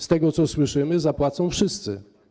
Z tego, co słyszymy, zapłacą wszyscy.